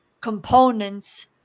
components